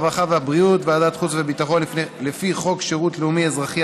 הרווחה והבריאות וועדת החוץ והביטחון לפי חוק שירות-לאומי אזרחי,